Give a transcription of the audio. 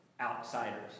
outsiders